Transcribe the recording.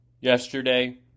Yesterday